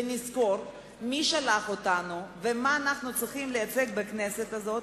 ונזכור מי שלח אותנו ומה אנחנו צריכים לייצג בכנסת הזאת,